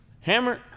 Hammer